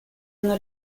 hanno